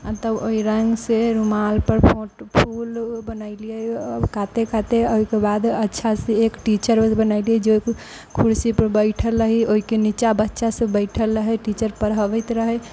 तब ओहि रङ्गसँ रुमालपर फूल उल बनेलिए आओर काते काते ओहिके बाद अच्छासँ एक टीचर लोक बनेलिए जे कुर्सीपर बैठल रहै ओहिके निचाँ बच्चासब बैठल रहै टीचर पढ़बैत रहै